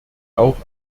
auch